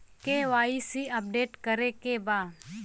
KYC update करे के बा?